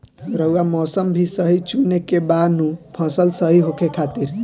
रऊआ मौसम भी सही चुने के बा नु फसल सही होखे खातिर